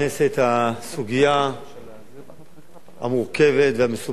הסוגיה המורכבת והמסובכת הזאת,